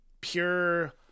pure